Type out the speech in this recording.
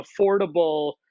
affordable